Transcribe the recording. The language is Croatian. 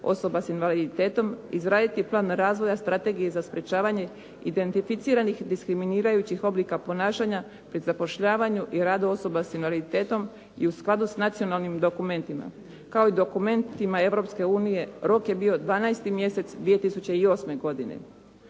osoba s invaliditetom, izraditi plan razvoja strategije za sprečavanje identificiranih diskriminirajućih oblika ponašanja pri zapošljavanju i radu osoba s invaliditetom i u skladu s nacionalnim dokumentima, kao i dokumentima Europske unije, rok je bio 12. mjesec 2008. godine.